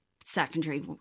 secondary